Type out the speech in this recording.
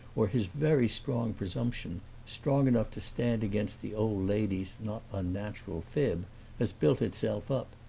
or his very strong presumption strong enough to stand against the old lady's not unnatural fib has built itself up.